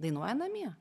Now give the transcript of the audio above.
dainuoja namie